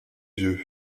yeux